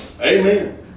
Amen